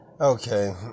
Okay